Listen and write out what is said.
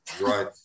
right